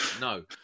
no